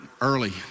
early